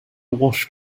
wash